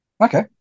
Okay